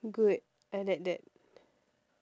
good I like that